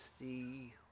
see